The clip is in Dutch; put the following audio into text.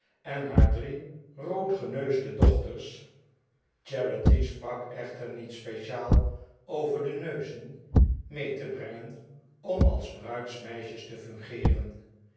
en haar drie roodgeneusde dochters charity sprak echter niet speciaal over de neuzen mee te brengen om als bruidsmeisjes te fungeeren